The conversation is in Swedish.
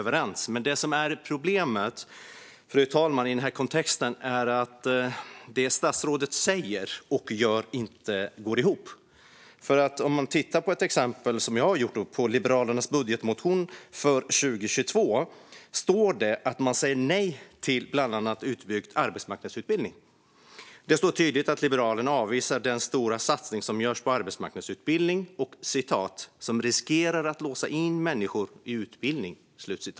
Så långt kan vi säga att vi är överens. Fru talman! Problemet är att det statsrådet säger och det statsrådet gör i den här kontexten inte går ihop. Jag har ett exempel från Liberalernas budgetmotion från 2022 där det står att de säger nej till bland annat utbyggd arbetsmarknadsutbildning. Det står tydligt att Liberalerna avvisar den stora satsning som görs på arbetsmarknadsutbildning "som riskerar att låsa in människor i utbildning".